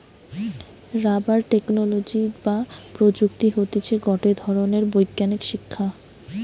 rubber technology বা প্রযুক্তি হতিছে গটে ধরণের বৈজ্ঞানিক শিক্ষা